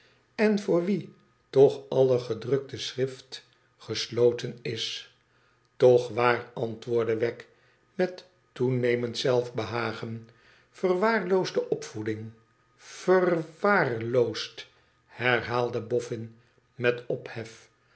en voor wien toch alle gedrukte schrift gesloten is toch waar antwoordde wegg met toenemend zelfbehagen verwaarloosde opvoeding verw aar loosd herhaalde boffin met ophef